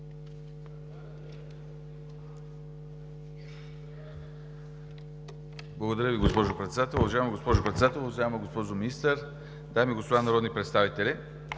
Благодаря Ви, госпожо Председател. Уважаема госпожо Председател, уважаема госпожо Министър, дами и господа народни представители!